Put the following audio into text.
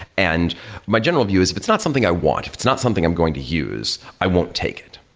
and my general view if it's not something i want, if it's not something i'm going to use, i won't take it,